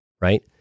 right